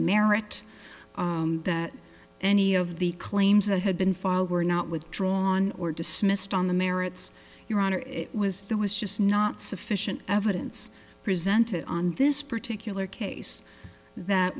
merit that any of the claims that had been filed were not withdrawn or dismissed on the merits your honor it was there was just not sufficient evidence presented on this particular case that